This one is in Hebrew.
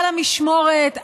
על המשמורת,